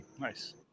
Nice